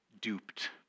duped